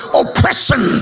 oppression